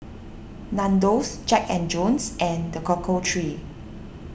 Nandos Jack and Jones and the Cocoa Trees